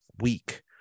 week